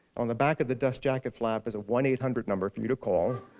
on the back of the dust jacket flap is a one eight hundred number for you to call